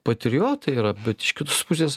patriotai yra bet iš kitos pusės